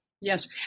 Yes